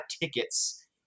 tickets